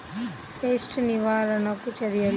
Pest నివారణకు చర్యలు?